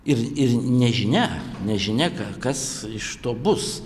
ir ir nežinia nežinia kas iš to bus